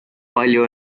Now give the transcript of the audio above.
palju